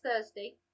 Thursday